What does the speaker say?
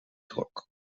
trok